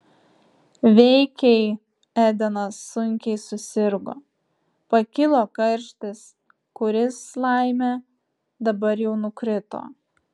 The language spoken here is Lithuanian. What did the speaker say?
veikiai edenas sunkiai susirgo pakilo karštis kuris laimė dabar jau nukrito